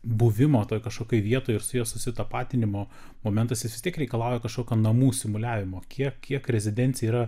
buvimo toj kažkokioj vietoj su juo susitapatinimo momentas jis vis tiek reikalauja kažkokio namų simuliavimo kiek kiek rezidencija yra